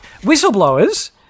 Whistleblowers